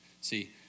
See